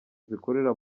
zikorera